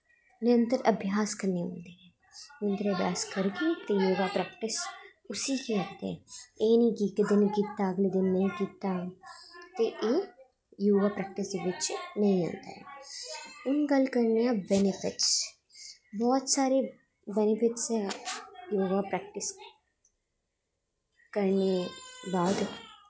निरंतर अभ्यास कन्नै होंदी ऐ हून जे अस करगे ते योगा प्रेक्टिस उसी गै आखदे एह् निं कि इक दिन कीता अगले दिन नेईं कीता ते एह् योगा प्रेक्टिस बिच नेईं आंदा हून गल्ल करने आं बेनिफिट्स बहोत सारे बेनिफिट्स ऐ योगा प्रेक्टिस दे कन्नै